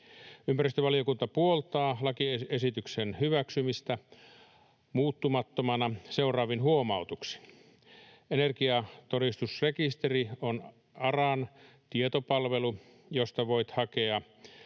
Ympäristövaliokunta puoltaa lakiesityksen hyväksymistä muuttamattomana seuraavin huomautuksin: Energiatodistusrekisteri on ARAn tietopalvelu, josta voi hakea